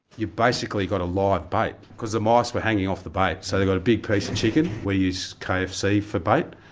you've basically got a live bait, because the mice were hanging off the bait, so they've got a big piece of chicken, we use kfc for bait.